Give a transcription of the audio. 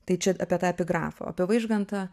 tai čia apie tą epigrafą o apie vaižgantą